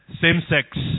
same-sex